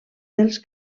dels